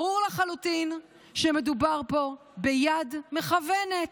ברור לחלוטין שמדובר פה ביד מכוונת,